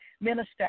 Minister